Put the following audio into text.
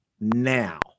now